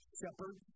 shepherd